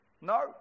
No